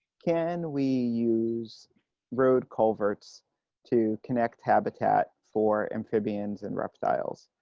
can we use road culverts to connect habitat for amphibians and reptiles?